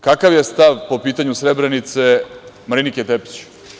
Kakav je stav po pitanju Srebrenice Marinike Tepić?